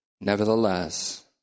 Nevertheless